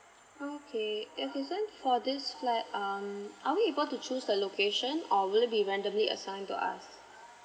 okay for this flat um are we able to choose the location or will it be randomly assigned to us